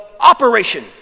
operation